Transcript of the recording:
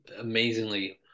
amazingly